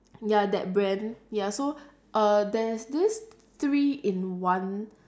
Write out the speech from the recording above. ya that brand ya so err there's this three in one